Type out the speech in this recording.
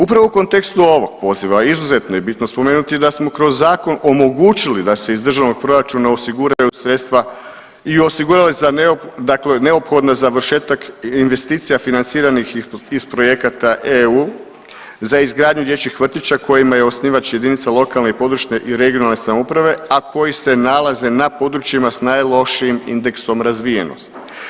Upravo u kontekstu ovog poziva izuzetno je bitno spomenuti da smo kroz zakon omogućili da se iz državnog proračuna osiguraju sredstva i osiguraju neophodna za završetak investicija financiranih iz projekata EU, za izgradnju dječjih vrtića kojima je osnivač jedinica lokalne i područne i regionalne samouprave, a koji se nalaze na područjima sa najlošijim indeksom razvijenosti.